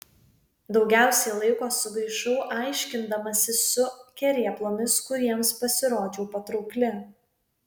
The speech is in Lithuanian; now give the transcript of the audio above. daugiausiai laiko sugaišau aiškindamasi su kerėplomis kuriems pasirodžiau patraukli